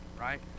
right